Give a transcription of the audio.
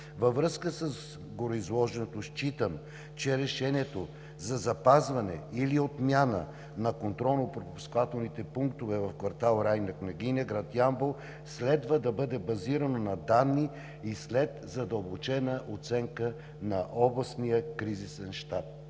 Във връзка с гореизложеното считам, че решението за запазване или отмяна на контролно-пропускателните пунктове в квартал „Райна Княгиня“, град Ямбол, следва да бъде базирано на данни и след задълбочена оценка на Областния кризисен щаб.